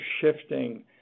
shifting